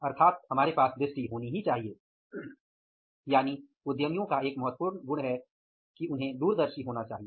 अर्थात हमारे पास दृष्टि होनी ही चाहिए यानि उद्यमियों का एक महत्वपूर्ण गुण है कि उसे दूरदर्शी होना चाहिए